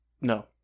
No